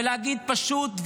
ולהגיד פשוט,